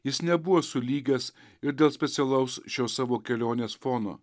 jis nebuvo sulygęs ir dėl specialaus šio savo kelionės fono